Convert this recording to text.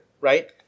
right